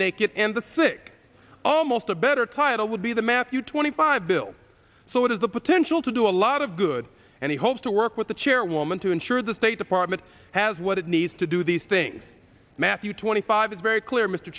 naked and the sick almost a better title would be the matthew twenty five bill so it has the potential to do a lot of good and he hopes to work with the chairwoman to ensure the state department has what it needs to do these things matthew twenty five is very clear mr